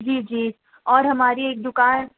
جی جی اور ہماری ایک دکان